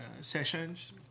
sessions